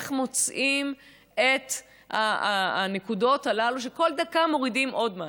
איך מוצאים את הנקודות הללו שכל דקה מורידים עוד משהו,